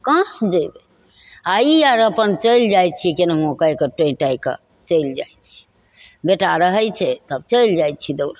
कहाँसे जएबै आओर ई आओर अपन चलि जाइ छिए केनाहिओके एकर टोहिटाहिके चलि जाइ छी बेटा रहै छै तब चलि जाइ छी दौड़ल